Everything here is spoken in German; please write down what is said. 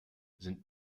sind